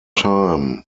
time